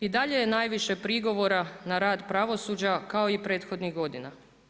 I dalje je najviše prigovora na rad pravosuđa kao i prethodnih godina.